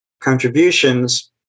contributions